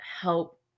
help